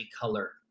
color